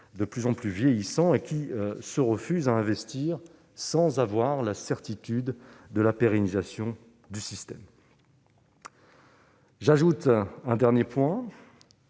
de plus en plus vieillissant, mais qui se refusent à investir sans avoir la certitude de la pérennisation du système. J'ajoute que l'absence